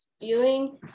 feeling